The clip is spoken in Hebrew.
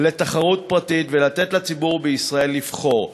לתחרות פרטית ולתת לציבור בישראל לבחור.